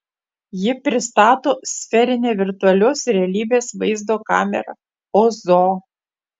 ji pristato sferinę virtualios realybės vaizdo kamerą ozo